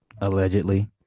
Allegedly